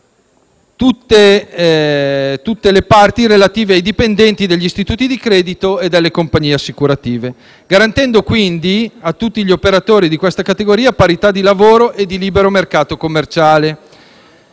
attività per tutti i dipendenti degli istituti di credito e delle compagnie assicurative. In questo modo si garantisce a tutti gli operatori di questa categoria parità di lavoro e di libero mercato commerciale.